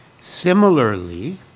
Similarly